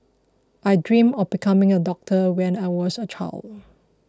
I dreamt of becoming a doctor when I was a child